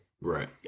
Right